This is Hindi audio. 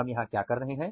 हम यहाँ कर रहे हैं